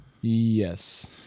Yes